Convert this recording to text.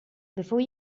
before